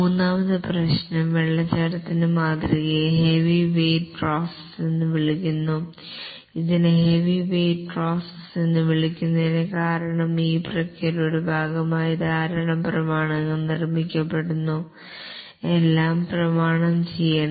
മൂന്നാമത്തെ പ്രശ്നം വാട്ടർഫാൾ മാതൃകയെ ഹെവി വെയ്റ്റ് പ്രോസസ് എന്ന് വിളിക്കുന്നു ഇതിനെ ഹെവി വെയ്റ്റ് പ്രോസസ് എന്ന് വിളിക്കുന്നതിനു കാരണം ഈ പ്രക്രിയയുടെ ഭാഗമായി ധാരാളം പ്രമാണങ്ങൾ നിർമ്മിക്കപ്പെടുന്നു എല്ലാം പ്രമാണം ചെയ്യണം